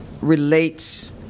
relates